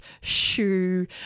shoe